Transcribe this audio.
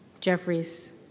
Jeffries